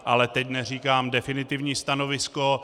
Ale teď neříkám definitivní stanovisko.